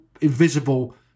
invisible